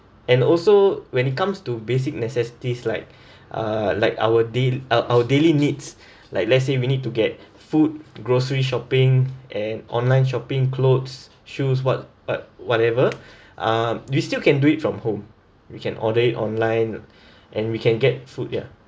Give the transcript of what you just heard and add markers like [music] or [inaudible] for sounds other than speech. and also when it comes to basic necessities like uh like our dai~ our our daily needs like let's say we need to get food grocery shopping and online shopping clothes shoes what what whatever um we still can do it from home you can order it online [breath] and we can get food ya